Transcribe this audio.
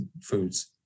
foods